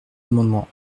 amendements